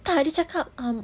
tak dia cakap um